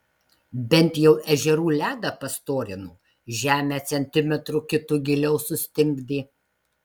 bent jau ežerų ledą pastorino žemę centimetru kitu giliau sustingdė